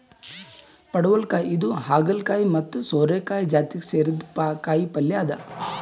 ಪಡವಲಕಾಯಿ ಇದು ಹಾಗಲಕಾಯಿ ಮತ್ತ್ ಸೋರೆಕಾಯಿ ಜಾತಿಗ್ ಸೇರಿದ್ದ್ ಕಾಯಿಪಲ್ಯ ಅದಾ